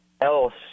else